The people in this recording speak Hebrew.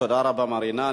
תודה רבה, מרינה.